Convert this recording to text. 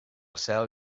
cel